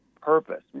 purpose